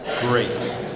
Great